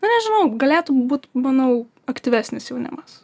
na nežinau galėtų būt manau aktyvesnis jaunimas